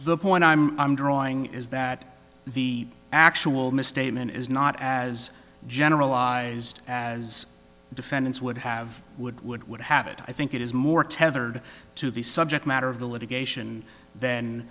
the point i'm i'm drawing is that the actual misstatement is not as generalized as defendants would have would would would have it i think it is more tethered to the subject matter of the litigation th